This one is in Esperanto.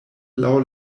laŭ